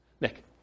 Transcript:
Nick